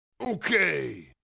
okay